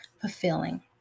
fulfilling